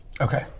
Okay